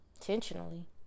intentionally